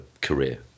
career